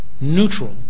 neutral